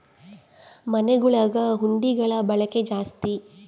ಮನೆಗುಳಗ ಹುಂಡಿಗುಳ ಬಳಕೆ ಜಾಸ್ತಿ